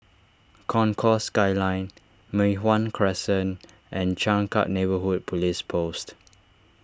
Concourse Skyline Mei Hwan Crescent and Changkat Neighbourhood Police Post